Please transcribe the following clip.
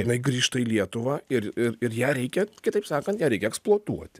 jinai grįžta į lietuvą ir ir ir ją reikia kitaip sakant ją reikia eksploatuoti